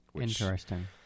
Interesting